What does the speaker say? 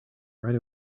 right